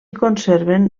conserven